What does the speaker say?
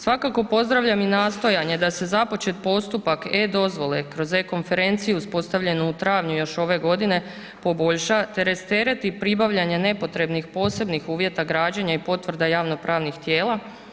Svakako pozdravljam i nastojanje da se započet postupak e-dozvole kroz e-konferenciju uspostavljenu u travnju još ove godine poboljša te rastereti pribavljanje nepotrebnih posebnih uvjeta građenja i potvrda javno pravnih tijela.